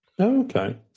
Okay